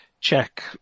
check